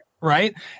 Right